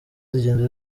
zigenda